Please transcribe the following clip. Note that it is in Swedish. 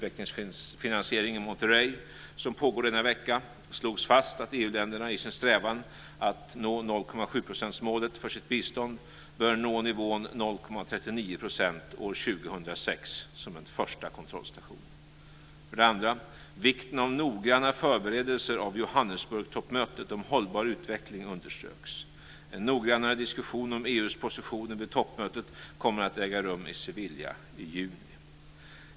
EU-länderna i sin strävan att nå 0,7-procentmålet för sitt bistånd bör nå nivån 0,39 % år 2006 som en första kontrollstation. · Vikten av noggranna förberedelser av Johannesburgtoppmötet om hållbar utveckling underströks. En noggrannare diskussion om EU:s positioner vid toppmötet kommer att äga rum i Sevilla i juni.